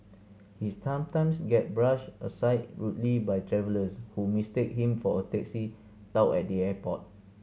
his sometimes get brushed aside rudely by travellers who mistake him for a taxi tout at the airport